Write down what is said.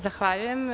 Zahvaljujem.